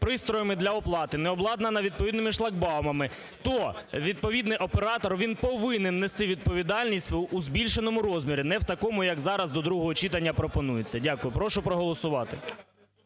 пристроями для оплати, не обладнана відповідними шлагбаумами, то відповідний оператор він повинен нести відповідальність у збільшеному розмірі, не у такому, як зараз до другого читання пропонується. Дякую. Прошу проголосувати.